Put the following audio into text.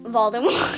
Voldemort